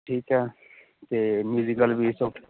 ਠੀਕ ਹੈ ਅਤੇ ਮਿਊਜੀਕਲ ਵੀ